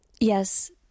Yes